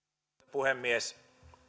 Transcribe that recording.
puhemies